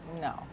no